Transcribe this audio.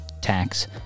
tax